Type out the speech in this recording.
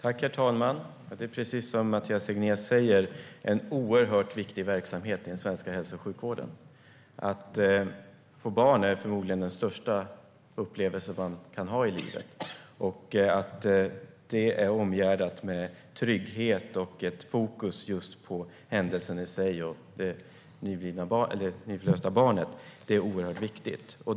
Herr talman! Precis som Mathias Tegnér säger är detta en oerhört viktig verksamhet i den svenska hälso och sjukvården. Att få barn är förmodligen den största upplevelse man kan ha i livet. Att det är omgärdat med trygghet och ett fokus just på händelsen i sig och det nyförlösta barnet är oerhört viktigt.